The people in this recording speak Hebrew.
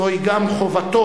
זוהי גם חובתו,